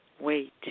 wait